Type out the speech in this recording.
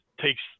takes